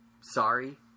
sorry